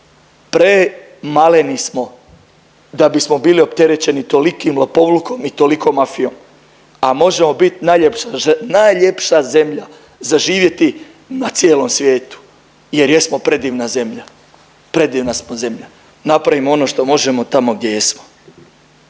Premaleni smo da bismo bili opterećeni tolikim lopovlukom i tolikom mafijom, a možemo biti najljepša zemlja za živjeti na cijelom svijetu jer jesmo predivna zemlja. Predivna smo zemlja. Napravimo ono što možemo tamo gdje jesmo.